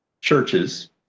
churches